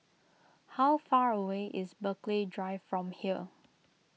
how far away is Burghley Drive from here